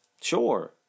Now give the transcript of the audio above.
sure